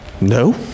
no